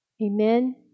Amen